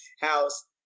house